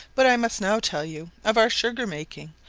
but i must now tell you of our sugar-making,